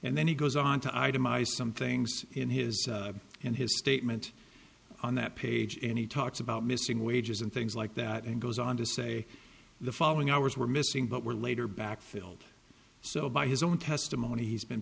and then he goes on to itemize some things in his in his statement on that page and he talks about missing wages and things like that and goes on to say the following hours were missing but were later back filled so by his own testimony he's been